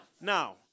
Now